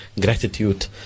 gratitude